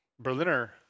Berliner